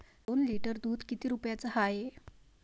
दोन लिटर दुध किती रुप्याचं हाये?